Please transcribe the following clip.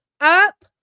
up